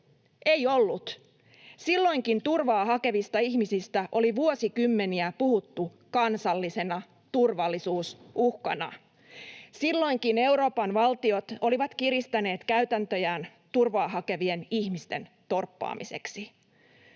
Ei ollut. Silloinkin turvaa hakevista ihmisistä oli vuosikymmeniä puhuttu kansallisena turvallisuusuhkana. Silloinkin Euroopan valtiot olivat kiristäneet käytäntöjään turvaa hakevien ihmisten torppaamiseksi.